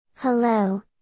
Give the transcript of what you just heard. Hello